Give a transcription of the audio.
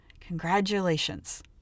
Congratulations